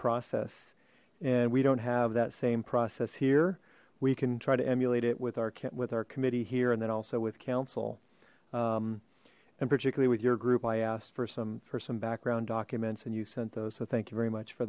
process and we don't have that same process here we can try to emulate it with our kit with our committee here and then also with council and particularly with your group i asked for some for some background documents and you sent those so thank you very much for